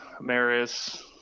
maris